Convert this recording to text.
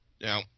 Now